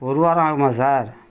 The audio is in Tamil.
ஒரு வாரம் ஆகுமா சார்